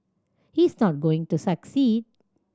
he is not going to succeed